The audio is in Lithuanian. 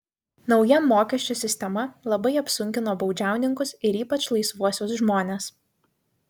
nauja mokesčių sistema labai apsunkino baudžiauninkus ir ypač laisvuosius žmones